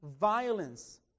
violence